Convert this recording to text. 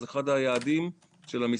זה אחד היעדים של המשרד.